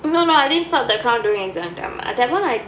no no I didn't start the crown during exam time that [one] I